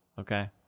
Okay